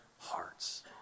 hearts